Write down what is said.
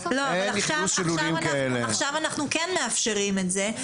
עכשיו אנחנו כן מאפשרים את זה.